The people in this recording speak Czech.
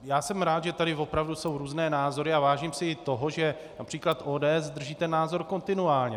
Já jsem rád, že tady opravdu jsou různé názory, a vážím si i toho, že například ODS drží ten názor kontinuálně.